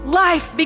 life